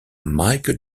mike